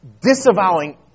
disavowing